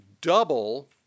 double